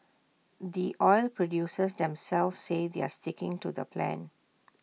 the oil producers themselves say they're sticking to the plan